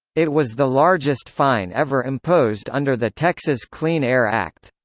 it was the largest fine ever imposed under the texas clean air act.